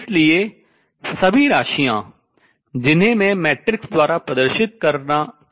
इसलिए सभी राशियां जिन्हें मैं मैट्रिक्स द्वारा प्रदर्शित करने जा रहा हूँ